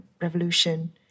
revolution